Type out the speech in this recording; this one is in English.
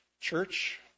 church